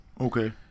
Okay